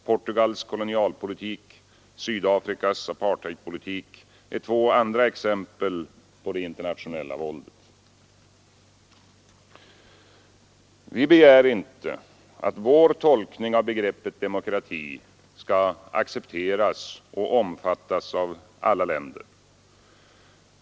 Portugals kolonialpolitik, Sydafrikas apartheidpolitik är två andra exempel på det internationella våldet. Vi begär inte att vår tolkning av begreppet demokrati skall accepteras och omfattas av alla länder.